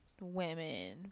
women